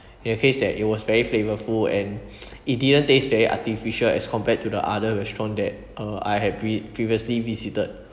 can taste that it was very flavourful and it didn't taste very artificial as compared to the other restaurant that uh I have pre~ previously visited